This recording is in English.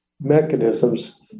mechanisms